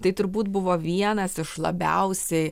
tai turbūt buvo vienas iš labiausiai